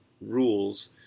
rules